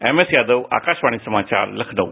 M S Yadav Akashvani समाचार लखनऊ